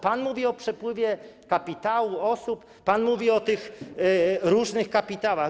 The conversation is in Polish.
Pan mówi o przepływie kapitału, osób, pan mówi o tych różnych kapitałach.